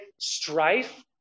strife